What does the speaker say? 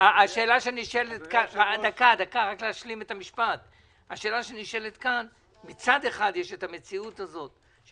המציאות הזאת,